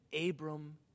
Abram